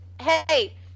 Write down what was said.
hey